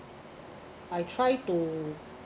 I try to